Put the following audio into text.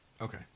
Okay